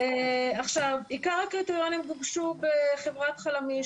עיקר הקריטריונים גובשו בחברת חלמיש,